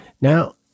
Now